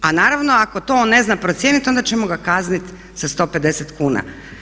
A naravno ako to on ne zna procijeniti onda ćemo ga kazniti sa 150 kuna.